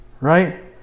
right